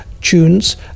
tunes